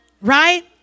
right